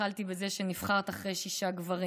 התחלתי בזה שנבחרת אחרי שישה גברים.